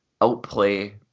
outplay